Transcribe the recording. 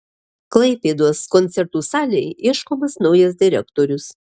klaipėdos koncertų salei ieškomas naujas direktorius